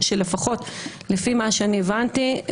שלפחות לפי מה שאני הבנתי,